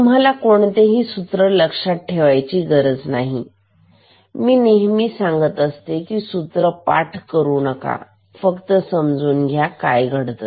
तुम्हाला कोणतेही सूत्र लक्षात ठेवायची गरज नाही मी नेहमी सांगत असते की सूत्र पाठ करू नका फक्त समजून घ्या काय घडत आहे